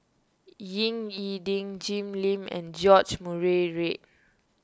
Ying E Ding Jim Lim and George Murray Reith